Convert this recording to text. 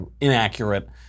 inaccurate